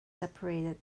separated